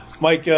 Mike